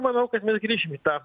manau kad mes grįšim į tą